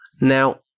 Now